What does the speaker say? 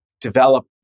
develop